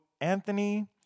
Anthony